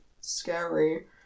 scary